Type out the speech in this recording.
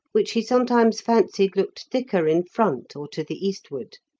which he sometimes fancied looked thicker in front or to the eastward.